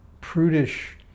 prudish